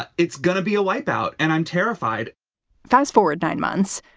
ah it's going to be a wipe out and i'm terrified fast forward nine months.